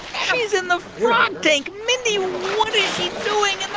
she's in the frog tank. mindy, what is